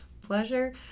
Pleasure